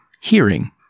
hearing